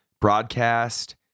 broadcast